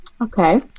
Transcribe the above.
Okay